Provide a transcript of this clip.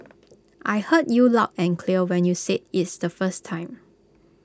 I heard you loud and clear when you said is the first time